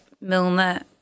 Milner